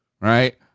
right